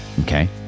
Okay